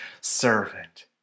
servant